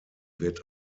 wird